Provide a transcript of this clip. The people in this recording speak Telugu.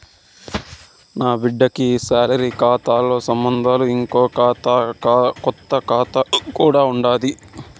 నాబిడ్డకి ఈ సాలరీ కాతాతో సంబంధంలా, ఇంకో కొత్త కాతా కూడా ఉండాది